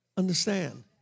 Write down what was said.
Understand